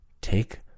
take